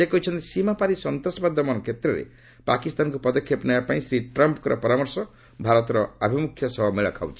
ସେ କହିଛନ୍ତି ସୀମାପାରି ସନ୍ତାସବାଦ ଦମନ କ୍ଷେତ୍ରରେ ପାକିସ୍ତାନକୁ ପଦକ୍ଷେପ ନେବାପାଇଁ ଶ୍ରୀ ଟ୍ରମ୍ପ୍ଙ୍କର ପରାମର୍ଶ ଭାରତର ଆଭିମୁଖ୍ୟ ସହ ମେଳ ଖାଉଛି